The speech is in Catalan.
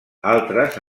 altres